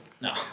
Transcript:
no